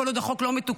כל עוד החוק לא מתוקן,